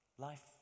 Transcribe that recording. Life